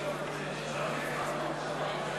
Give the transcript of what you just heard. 56, שניים לא השתתפו בהצבעה.